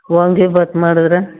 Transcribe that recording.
ವಾಂಗಿಬಾತ್ ಮಾಡಿದ್ರೆ